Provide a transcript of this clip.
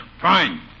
Fine